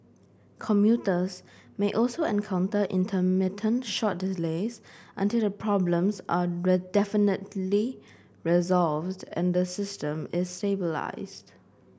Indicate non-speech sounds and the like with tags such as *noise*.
commuters may also encounter intermittent short delays until the problems are *unintelligible* definitively resolved and the system stabilised